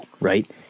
right